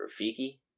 Rafiki